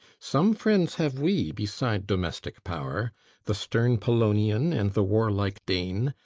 some friends have we beside domestic power the stern polonian, and the warlike dane,